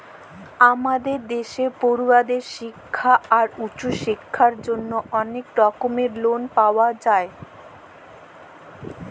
আমাদের দ্যাশে পড়ুয়াদের শিক্খা আর উঁচু শিক্খার জ্যনহে অলেক রকম লন পাওয়া যায়